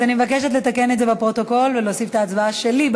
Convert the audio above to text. אז אני מבקשת לתקן את זה בפרוטוקול ולהוסיף את ההצבעה שלי,